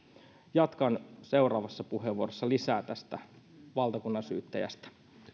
jatkan seuraavassa puheenvuorossa lisää tästä valtakunnansyyttäjästä